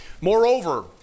Moreover